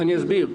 אסביר,